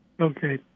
Okay